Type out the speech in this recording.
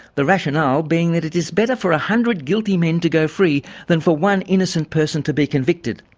the rationale being that it is better for a hundred guilty men to go free than for one innocent person to be convicted.